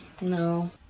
No